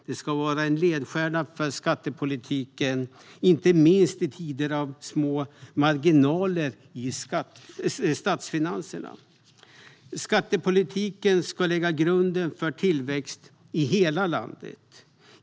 Detta ska vara en ledstjärna för skattepolitiken, inte minst i tider med små marginaler i statsfinanserna. Skattepolitiken ska lägga grunden för tillväxt i hela landet.